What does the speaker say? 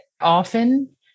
often